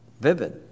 Vivid